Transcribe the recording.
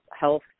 health